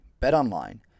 BetOnline